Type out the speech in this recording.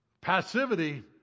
Passivity